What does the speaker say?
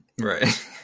Right